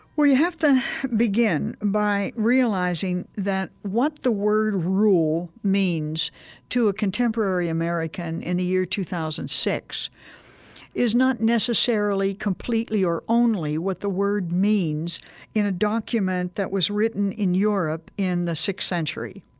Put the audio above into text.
well, you have to begin by realizing that what the word rule means to a contemporary american in the year two thousand and six is not necessarily completely or only what the word means in a document that was written in europe in the sixth century.